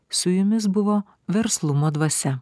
su jumis buvo verslumo dvasia